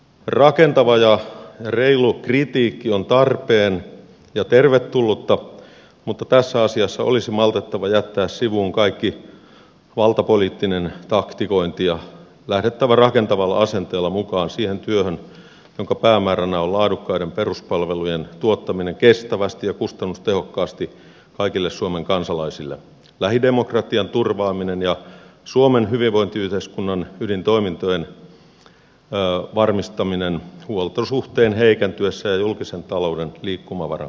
rakentava ja reilu kritiikki on tarpeen ja tervetullutta mutta tässä asiassa olisi maltettava jättää sivuun kaikki valtapoliittinen taktikointi ja lähdettävä rakentavalla asenteella mukaan siihen työhön jonka päämääränä on laadukkaiden perus palveluiden tuottaminen kestävästi ja kustannustehokkaasti kaikille suomen kansalaisille lähidemokratian turvaaminen ja suomen hyvinvointiyhteiskunnan ydintoimintojen varmistaminen huoltosuhteen heikentyessä ja julkisen talouden liikkumavaran kaventuessa